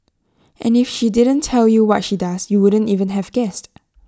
and if she didn't tell you what she does you wouldn't even have guessed